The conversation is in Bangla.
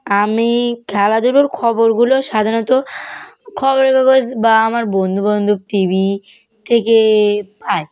আমি খেলাধুলোর খবরগুলো সাধারণত খবরের কাগজ বা আমার বন্ধুবান্ধব টি ভি থেকে পাই